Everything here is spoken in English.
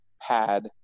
pad